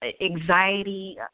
anxiety